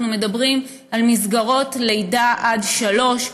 אנחנו מדברים על מסגרות מלידה עד גיל שלוש.